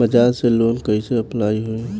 बज़ाज़ से लोन कइसे अप्लाई होई?